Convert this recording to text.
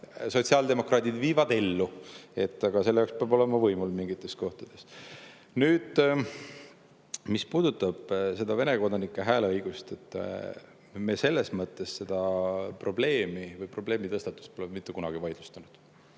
sotsiaaldemokraadid viivad ellu, aga selleks peab olema võimul mingites kohtades. Nüüd, mis puudutab seda Vene kodanike hääleõigust, siis me seda probleemi või probleemitõstatust pole mitte kunagi vaidlustanud.